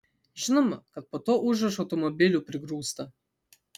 žinoma kad po tuo užrašu automobilių prigrūsta